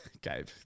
Gabe